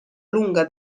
lunga